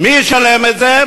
מי ישלם את זה?